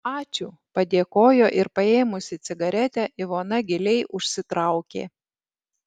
ačiū padėkojo ir paėmusi cigaretę ivona giliai užsitraukė